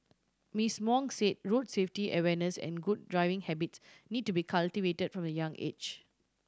Miss Wong say road safety awareness and good driving habit need to be cultivated from a young age